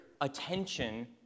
attention